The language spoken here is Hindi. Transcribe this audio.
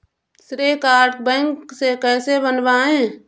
श्रेय कार्ड बैंक से कैसे बनवाएं?